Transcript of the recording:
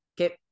Okay